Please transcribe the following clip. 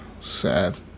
Sad